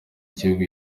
gihugu